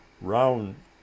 round